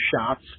shots